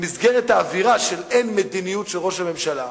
במסגרת האווירה של "אין מדיניות של ראש הממשלה"?